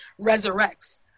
resurrects